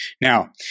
Now